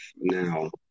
now